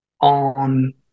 on